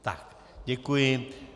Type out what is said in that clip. Tak, děkuji.